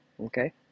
Okay